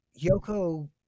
Yoko